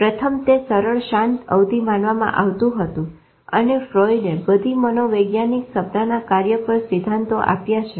પ્રથમ તે સરળ શાંત અવધી માનવામાં આવતું હતું અને ફ્રોઈડએ બધી મનોવૈજ્ઞાનિક સ્વપ્નાના કાર્ય પર સિદ્ધાંતો આપ્યા છે